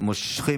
אני מושכת.